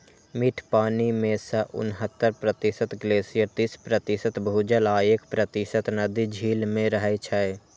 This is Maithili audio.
मीठ पानि मे सं उन्हतर प्रतिशत ग्लेशियर, तीस प्रतिशत भूजल आ एक प्रतिशत नदी, झील मे रहै छै